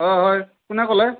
অ হয় কোনে ক'লে